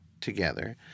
together